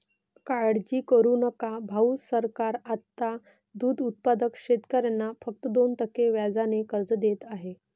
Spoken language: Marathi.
काळजी करू नका भाऊ, सरकार आता दूध उत्पादक शेतकऱ्यांना फक्त दोन टक्के व्याजाने कर्ज देत आहे